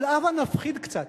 אבל הבה נפחיד קצת,